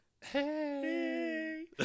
hey